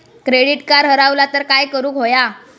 Credit card हरवला तर काय करुक होया?